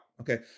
okay